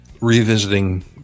revisiting